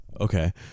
Okay